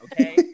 okay